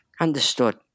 Understood